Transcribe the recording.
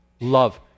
love